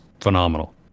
phenomenal